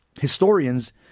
historians